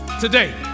today